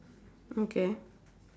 okay